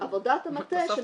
ועבודה המטה שנעשתה -- בסדר,